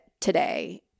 today